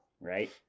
right